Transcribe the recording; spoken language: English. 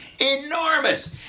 enormous